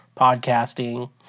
podcasting